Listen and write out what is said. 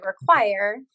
require